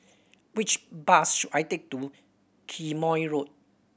which bus should I take to Quemoy Road